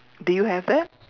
do you have that